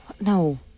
No